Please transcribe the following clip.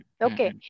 okay